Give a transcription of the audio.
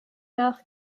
nach